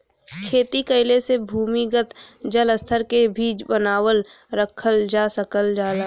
खेती कइले से भूमिगत जल स्तर के भी बनावल रखल जा सकल जाला